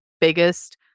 biggest